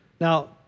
Now